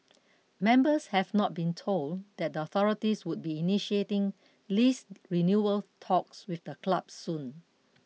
members had not been told that the authorities would be initiating lease renewal talks with the club soon